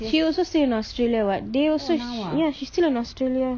she also stay in australia what they also she~ ya she still in australia